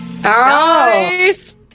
Nice